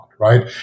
right